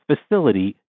facility